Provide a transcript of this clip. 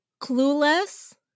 clueless